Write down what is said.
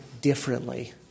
differently